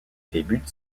débute